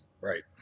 Right